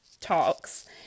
talks